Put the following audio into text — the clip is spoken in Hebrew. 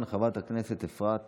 יהיה לך עוד שלושה-ארבעה נאומים